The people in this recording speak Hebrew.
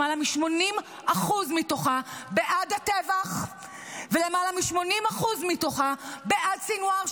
למעלה מ-80% מתוכה בעד הטבח ולמעלה מ-80% מתוכה בעד סנוואר,